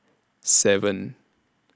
seven